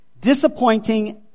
Disappointing